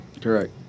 Correct